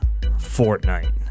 Fortnite